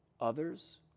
others